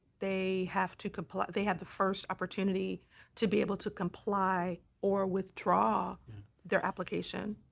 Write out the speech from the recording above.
they have to comply they have the first opportunity to be able to comply or withdraw their application?